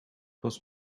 was